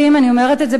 אני אומרת את זה בצער,